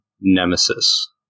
Nemesis